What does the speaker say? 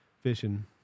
fishing